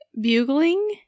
bugling